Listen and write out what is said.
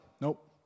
nope